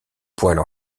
poêles